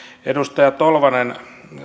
edustaja tolvanen